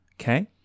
Okay